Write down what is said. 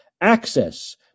access